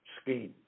scheme